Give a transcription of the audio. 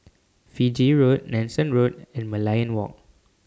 Fiji Road Nanson Road and Merlion Walk